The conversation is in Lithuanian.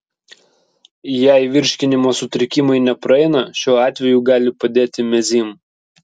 jei virškinimo sutrikimai nepraeina šiuo atveju gali padėti mezym